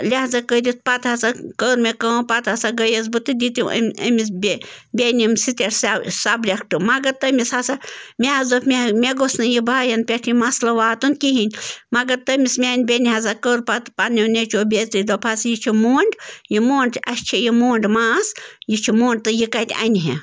لہٰذا کٔرِتھ پَتہٕ ہسا کٔر مےٚ کام پَتہٕ ہسا گٔیَس بہٕ تہٕ دِتِم أمِس بیٚنہِ یِم سِٹیٹ سَبجَکٹ مگر تٔمِس ہسا مےٚ حظ دوٚپ مےٚ گوٚژھ نہٕ یہِ بایَن پٮ۪ٹھ یہِ مَسلہٕ واتُن کِہیٖنۍ مگر تٔمِس میانہِ بیٚنہِ ہسا کٔر پَتہٕ پَنٛنیو نیٚچیو بے عزتی دوٚپہٕ ہَس یہِ چھےٚ موٚنٛڈ یہِ موٚنڈ اسہِ چھےٚ یہِ موٚنٛڈ ماس یہِ چھِ موٚنٛڈ تہِ یہِ کَتہِ اَنہِ ہا